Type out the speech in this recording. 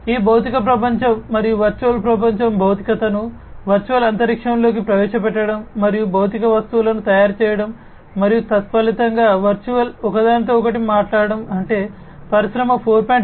ఈ భౌతిక ప్రపంచం మరియు వర్చువల్ ప్రపంచం భౌతికతను వర్చువల్ అంతరిక్షంలోకి ప్రవేశపెట్టడం మరియు భౌతిక వస్తువులను తయారు చేయడం మరియు తత్ఫలితంగా వర్చువల్ ఒకదానితో ఒకటి మాట్లాడటం అంటే పరిశ్రమ 4